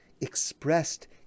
Expressed